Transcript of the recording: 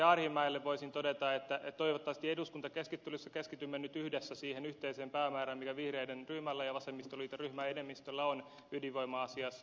arhinmäelle voisin todeta että toivottavasti eduskuntakäsittelyssä keskitymme nyt yhdessä siihen yhteiseen päämäärään mikä vihreiden ryhmällä ja vasemmistoliiton ryhmän enemmistöllä on ydinvoima asiassa